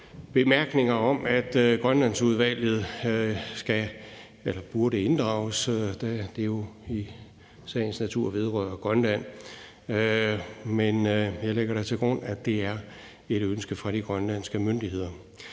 bemærkninger om at Grønlandsudvalget bør inddrages, da det jo i sagens natur vedrører Grønland, og jeg lægger til grund, at det er et ønske fra de grønlandske myndigheder.